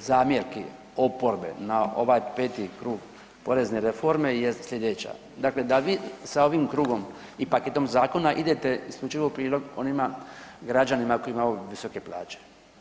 zamjerki oporbe na ovaj 5. krug porezne reforme je slijedeća, dakle da vi sa ovim krugom i paketom zakona idete isključivo u prilog onima građanima koji imaju visoke plaće.